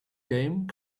game